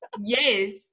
Yes